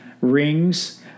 rings